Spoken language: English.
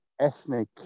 ethnic